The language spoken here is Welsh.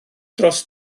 dros